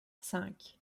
cinq